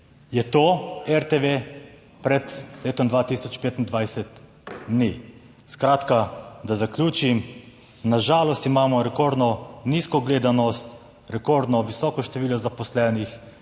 Je to RTV pred letom 2025? Ni. Skratka, da zaključim, na žalost imamo rekordno nizko gledanost, rekordno visoko število zaposlenih,